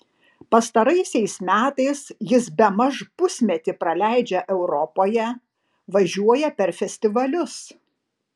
pastaraisiais metais jis bemaž pusmetį praleidžia europoje važiuoja per festivalius